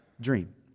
dream